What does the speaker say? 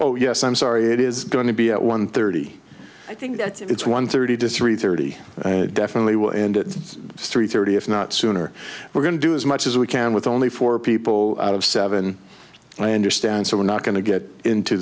oh yes i'm sorry it is going to be at one thirty i think it's one thirty disagree thirty definitely will and it's three thirty if not sooner we're going to do as much as we can with only four people out of seven i understand so we're not going to get into